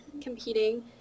competing